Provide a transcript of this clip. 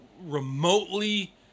remotely